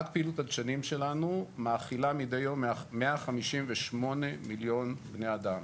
רק פעילות הדשנים שלנו מאכילה מידי יום 158 מיליון בני אדם.